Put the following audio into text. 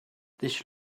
this